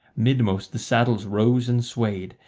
midmost the saddles rose and swayed,